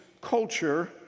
culture